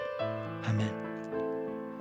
Amen